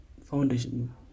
foundation